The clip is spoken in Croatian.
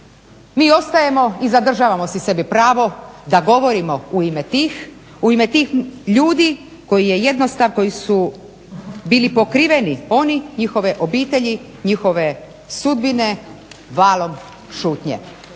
Mi ostajemo i zadržavamo si pravo da govorimo u tih ljudi koji su bili pokriveni, oni, njihove obitelji, njihove sudbine valom šutnje.